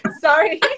sorry